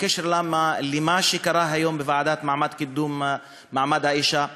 בקשר למה שקרה היום בוועדה לקידום מעמד האישה,